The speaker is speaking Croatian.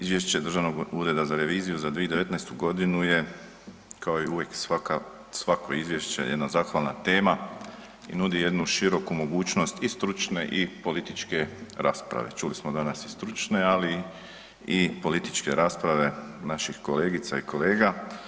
Izvješće Državnog ureda za reviziju za 2019. godinu je kao i uvijek svako Izvješće je jedna zahvalna temu i nudi jednu široku mogućnost i stručne i političke rasprave, čuli smo danas i stručne, ali i političke rasprave naših kolegica i kolega.